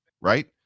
right